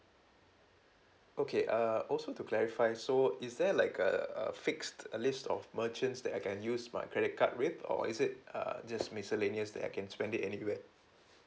okay uh also to clarify so is there like a a fixed a list of merchants that I can use my credit card with or is it uh just miscellaneous that I can spend it anywhere